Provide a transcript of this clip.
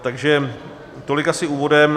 Takže tolik asi úvodem.